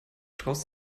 traust